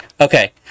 Okay